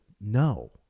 no